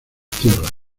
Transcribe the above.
tierras